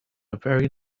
very